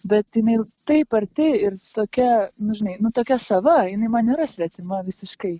bet jinai taip arti ir tokia nu žinai nu tokia sava jinai man yra svetima visiškai